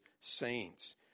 saints